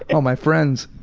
and all my friends.